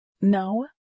No